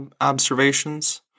observations